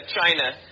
China